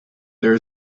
there